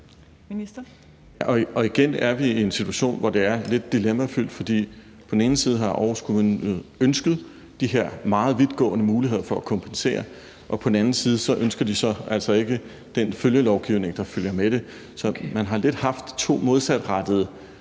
Igen er vi i en situation, som er lidt dilemmafyldt, for på den ene side har Aarhus Kommune ønsket de her meget vidtgående muligheder for at kompensere, og på den anden side ønsker kommunen så altså ikke den lovgivning, der følger med. Så man har lidt haft to modsatrettede